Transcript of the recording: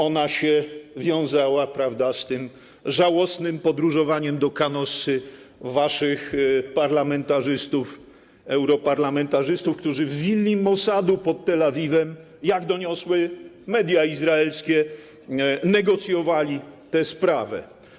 Ona się wiązała, prawda, z tym żałosnym podróżowaniem do Canossy waszych parlamentarzystów, europarlamentarzystów, którzy w willi Mosadu pod Tel Awiwem - jak doniosły izraelskie media - negocjowali tę sprawę.